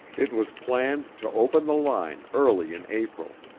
it was planned to open the line early in april.